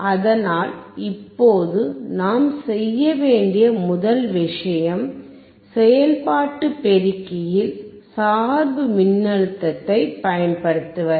அதனால் இப்போது நாம் செய்ய வேண்டிய முதல் விஷயம் செயல்பாட்டு பெருக்கியில் சார்பு மின்னழுத்தத்தைப் பயன்படுத்துவது